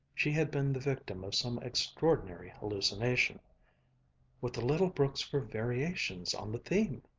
she had been the victim of some extraordinary hallucination with the little brooks for variations on the theme,